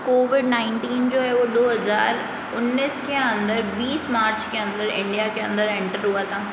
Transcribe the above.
Covid nineteen जो है वो दो हज़ार उन्नीस के अंदर बीस मार्च के अंदर इंडिया के अंदर एंटर हुआ था